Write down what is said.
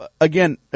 again